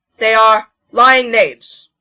they are lying knaves.